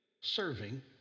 serving